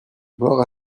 mort